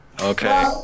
Okay